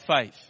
faith